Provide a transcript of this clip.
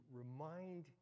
remind